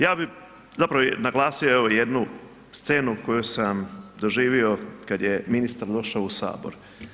Ja bi zapravo naglasio, evo jednu scenu koju sam doživio kad je ministar došao u sabor.